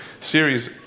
series